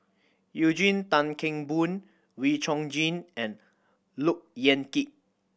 Eugene Tan Kheng Boon Wee Chong Jin and Look Yan Kit